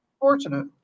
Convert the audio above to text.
fortunate